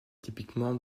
typiquement